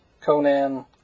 Conan